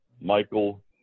Michael